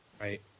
Right